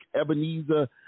Ebenezer